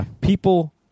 people